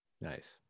nice